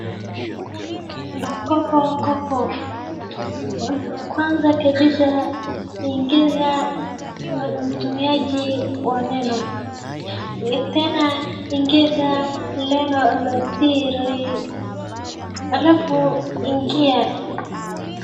Kuna kopokopo, kwanza kabisa, ingiza utumiaji wa neno, tena ingiza neno la siri, alafu ingia.